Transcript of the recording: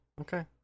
Okay